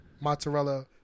mozzarella